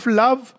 love